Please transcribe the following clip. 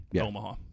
Omaha